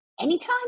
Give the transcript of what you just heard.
anytime